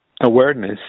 awareness